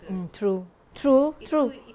mm true true true